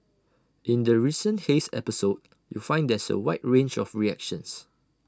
in the recent haze episode you find there's A wide range of reactions